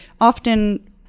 often